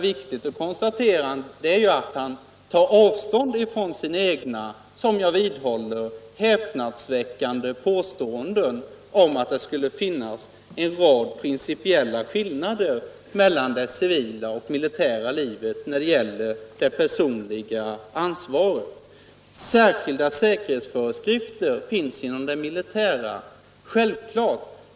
Viktigt att konstatera är att han nu tar avstånd från sina egna — som jag vidhåller häpnadsväckande — påståenden om att det skulle finnas en rad principiella skillnader mellan det civila och det militära livet när det gäller det personliga ansvaret. Särskilda säkerhetsföreskrifter finns inom det militära, men det är själv klart.